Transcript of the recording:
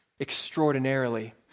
extraordinarily